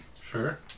Sure